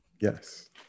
yes